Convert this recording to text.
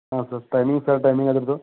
ಹಾಂ sir timing sir timing ಅದರದ್ದು